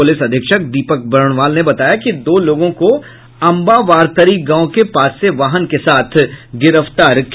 police अधीक्षक दीपक वर्णवाल ने बताया कि दो लोगों को अम्बावारतरी गांव के पास से वाहन के साथ गिरफ्तार किया